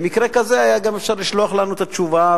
במקרה כזה היה גם אפשר לשלוח לנו את התשובה